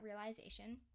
realization